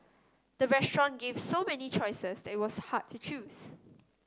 the restaurant gave so many choices that it was hard to choose